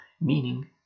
meaning